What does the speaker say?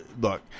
look